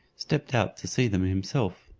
stepped out to see them himself.